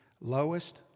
Lowest